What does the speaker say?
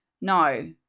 No